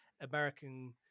american